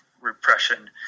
repression